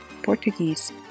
Portuguese